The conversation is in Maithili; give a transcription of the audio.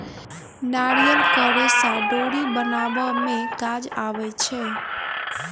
नारियलक रेशा डोरी बनाबअ में काज अबै छै